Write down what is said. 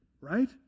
right